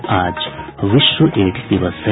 और आज विश्व एड्स दिवस है